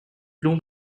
bloom